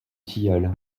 tilleul